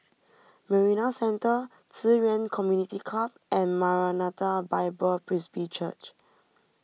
Marina Centre Ci Yuan Community Club and Maranatha Bible Presby Church